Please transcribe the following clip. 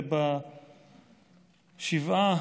ובשבעה